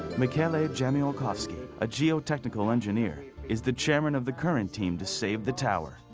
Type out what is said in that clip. michele ah jamiolkowski a geo-technical engineer is the chairman of the current team to save the tower.